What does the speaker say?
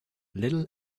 little